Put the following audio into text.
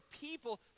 people